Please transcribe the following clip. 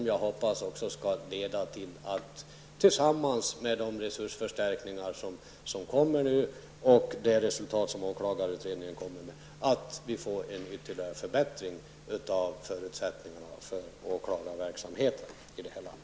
Jag hoppas att den utredningens resultat tillsammans med de resursförstärkningar som nu kommer att ske skall leda till att vi får en ytterligare förbättring av förutsättningarna för åklagarverksamheten i det här landet.